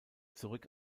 zurück